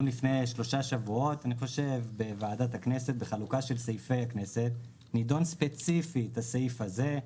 שלושה שבועות בוועדת הכנסת נדון ספציפית הסעיף הזה.